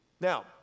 Now